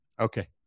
Okay